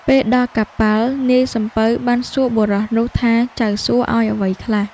ពេលដល់កប៉ាល់ នាយសំពៅបានសួរបុរសនោះថាចៅសួឱ្យអ្វីខ្លះ។